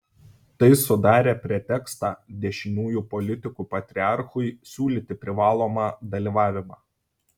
tai sudarė pretekstą dešiniųjų politikų patriarchui siūlyti privalomą dalyvavimą